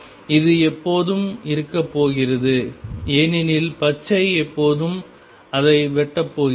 இது எப்போதும் இருக்கப் போகிறது ஏனெனில் பச்சை வளைவு xtan x என்பது 0 வழியாக செல்கிறது மற்றும் வட்டம் எப்போதும் அதை வெட்டப் போகிறது